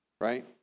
right